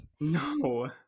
No